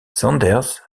saunders